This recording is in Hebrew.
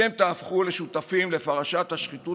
אתם תהפכו לשותפים לפרשת השחיתות